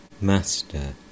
Master